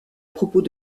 propos